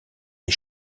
des